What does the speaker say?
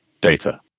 data